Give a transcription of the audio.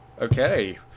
Okay